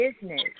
business